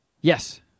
yes